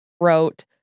wrote